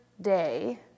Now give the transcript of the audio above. day